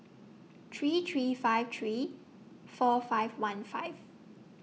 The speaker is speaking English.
three three five three four five one five